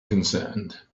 concerned